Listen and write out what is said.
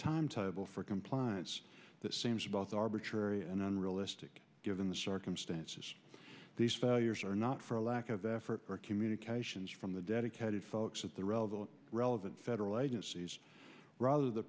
timetable for compliance that seems both arbitrary and unrealistic given the circumstances these failures are not for a lack of effort or communications from the dedicated folks at the relevant relevant federal agencies rather the